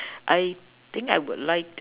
I think I would like